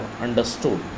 understood